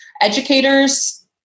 educators